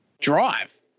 drive